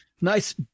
Nice